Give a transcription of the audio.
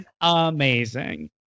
amazing